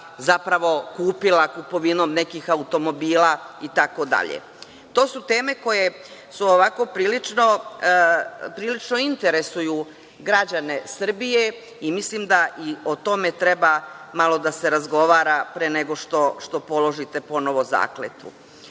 zapravo kupila kupovinom nekih automobila itd. To su teme koje ovako prilično interesuju građane Srbije i mislim da o tome treba malo da se razgovara pre nego što položite ponovo zakletvu. Vi